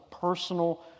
personal